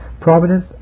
providence